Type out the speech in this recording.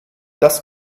das